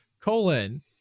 colon